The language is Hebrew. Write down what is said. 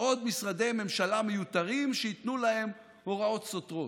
עוד משרדי ממשלה מיותרים שייתנו להם הוראות סותרות.